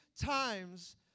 times